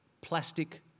plastic